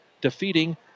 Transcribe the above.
defeating